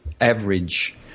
average